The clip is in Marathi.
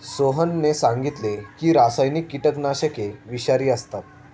सोहनने सांगितले की रासायनिक कीटकनाशके विषारी असतात